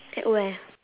at where